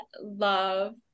love